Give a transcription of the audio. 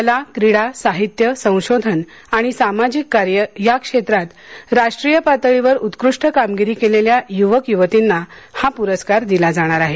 कला क्रीडा साहित्य संशोधन आणि सामाजिक कार्य या क्षेत्रात राष्ट्रीय पातळीवर उत्कृष्ठ कामगिरी केलेल्या युवक युवतींना हा पुरस्कार दिला जाणार आहे